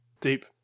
Deep